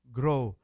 grow